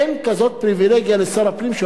אין כזאת פריווילגיה לשר הפנים,